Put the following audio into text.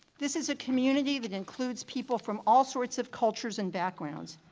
this is a community that includes people from all sorts of cultures and backgrounds,